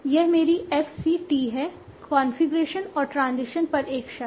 यह मेरी f c t है कॉन्फ़िगरेशन और ट्रांजिशन पर एक शर्त